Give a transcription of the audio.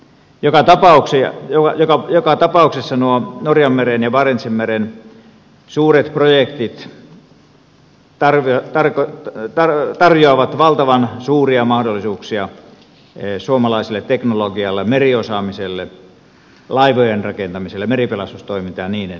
jo tätä vauhtia jo välillä joka tapauksessa nuo norjanmeren ja barentsinmeren suuret projektit tarjoavat valtavan suuria mahdollisuuksia suomalaiselle teknologialle meriosaamiselle laivojen rakentamiselle meripelastustoimintaan ja niin edelleen